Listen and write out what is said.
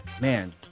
Man